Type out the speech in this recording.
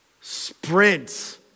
sprints